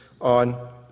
on